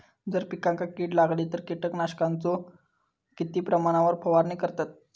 जर पिकांका कीड लागली तर कीटकनाशकाचो किती प्रमाणावर फवारणी करतत?